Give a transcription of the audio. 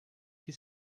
que